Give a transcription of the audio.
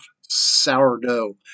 Sourdough